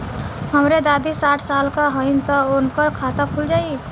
हमरे दादी साढ़ साल क हइ त उनकर खाता खुल जाई?